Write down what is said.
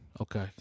Okay